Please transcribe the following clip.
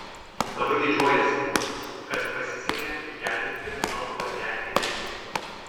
labai didžiuojuosi kad pasisekė išgelbėti baltauodegį elnią